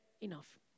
enough